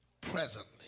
Presently